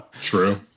True